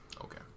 Okay